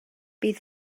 bydd